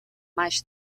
mais